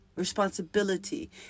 responsibility